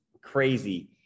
crazy